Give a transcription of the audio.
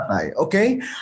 okay